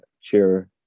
cheer